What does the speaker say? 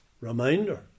Reminder